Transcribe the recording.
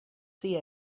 see